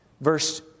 verse